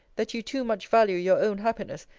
that you too much value your own happiness,